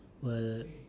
world